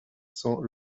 cents